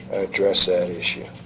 address that issue